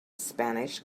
spanish